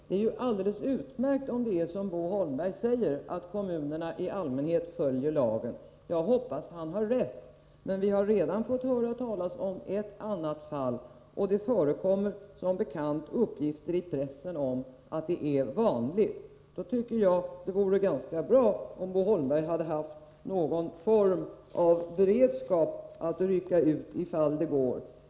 Det är ju alldeles utmärkt om det är som Bo Holmberg säger att kommunerna i allmänhet följer lagen. Jag hoppas att han har rätt. Men vi har redan fått höra talas om ett annat fall, och det förekommer som bekant uppgifter i pressen om att det är vanligt. Då tycker jag att det vore ganska bra om Bo Holmberg hade någon form av beredskap för att kunna rycka ut ifall det går.